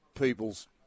people's